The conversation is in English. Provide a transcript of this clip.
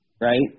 right